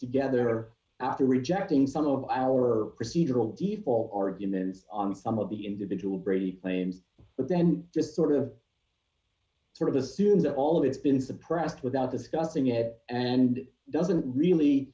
together after rejecting some of our procedural evil arguments on some of the individual brady claims but then just sort of sort of assumed although it's been suppressed without discussing it and doesn't really